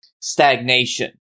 stagnation